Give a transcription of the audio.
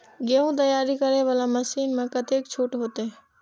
गेहूं तैयारी करे वाला मशीन में कतेक छूट होते?